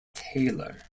taylor